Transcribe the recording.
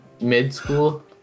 mid-school